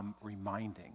reminding